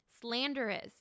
slanderous